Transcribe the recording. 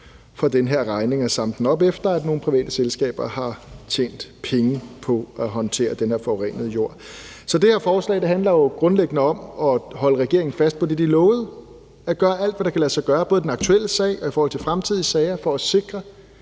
for den her regning, altså samle den op, efter at nogle private selskaber har tjent penge på at håndtere den her forurenede jord. Så det her forslag handler jo grundlæggende om at holde regeringen fast på det, de lovede, nemlig at gøre alt, hvad der kan lade sig gøre, både i den aktuelle sag og i forhold til fremtidige sager, for at sikre,